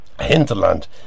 hinterland